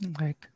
Right